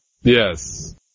Yes